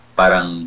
parang